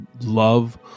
love